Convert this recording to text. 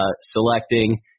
selecting